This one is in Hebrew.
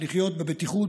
לחיות בבטיחות,